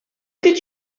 did